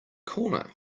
corner